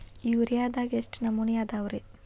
ಯೂರಿಯಾದಾಗ ಎಷ್ಟ ನಮೂನಿ ಅದಾವ್ರೇ?